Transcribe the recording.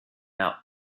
out